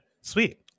Sweet